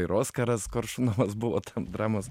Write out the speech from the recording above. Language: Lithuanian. ir oskaras koršunovas buvo tam dramos